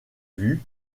vues